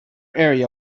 area